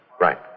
Right